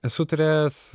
esu turėjęs